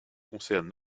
concerne